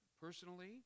personally